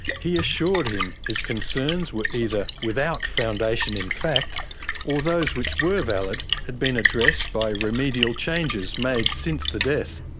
he assured him his concerns were either without foundation in fact or those which were valid had been addressed by remedial changes made since the death.